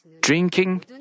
drinking